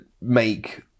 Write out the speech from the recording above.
make